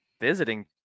visiting